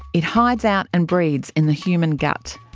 it hides out and breeds in the human gut.